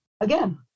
Again